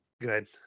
good